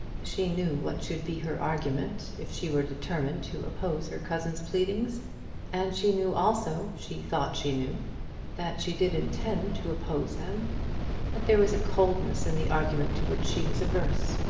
she knew what should be her argument if she were determined to oppose her cousin's pleadings and she knew also she thought she knew that she did intend to oppose them but there was a coldness in the argument to which she was averse.